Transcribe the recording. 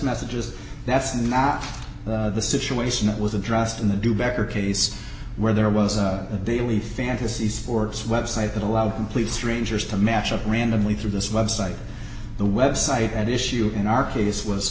messages that's not the situation that was addressed in the do better case where there was a daily fantasy sports website that allowed complete strangers to match up randomly through this website the website at issue in our case was